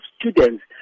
students